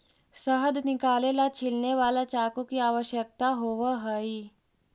शहद निकाले ला छिलने वाला चाकू की आवश्यकता होवअ हई